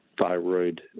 thyroid